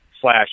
slash